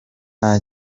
nta